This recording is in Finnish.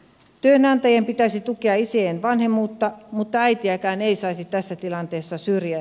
työnantajien pitäisi tukea isien vanhemmuutta mutta äitejäkään ei saisi tässä tilanteessa syrjiä